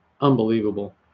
unbelievable